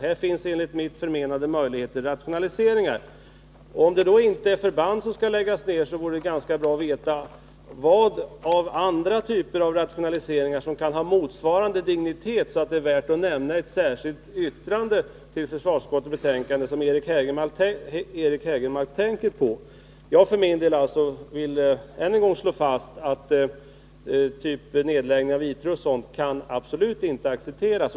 Här finns enligt mitt förmenande möjligheter till rationaliseringar.” Om det inte är förband som skall läggas ner, vore det ganska bra att få veta vilka andra typer av rationaliseringar som Eric Hägelmark tänker på och som kan ha den digniteten att de är värda att nämna i ett särskilt yttrande till försvarsutskottets betänkande. Jag vill än en gång slå fast att den typ av rationalisering som en nedläggning av I 3 innebär absolut inte kan accepteras.